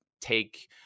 take